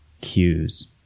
cues